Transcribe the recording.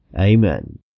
Amen